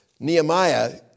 Nehemiah